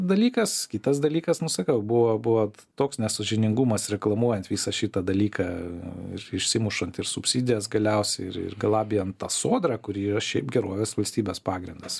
dalykas kitas dalykas nu sakau buvo buvo toks nesąžiningumas reklamuojant visą šitą dalyką išsimušant ir subsidijas galiausiai ir ir galabijant tą sodrą kuri yra šiaip gerovės valstybės pagrindas